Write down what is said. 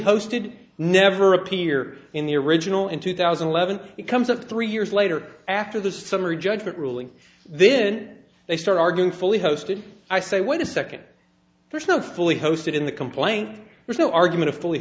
posted never appear in the original in two thousand and eleven it comes up three years later after the summary judgment ruling then they start arguing fully hosted i say wait a second person fully hosted in the complaint there's no argument of fully